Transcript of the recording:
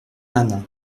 âne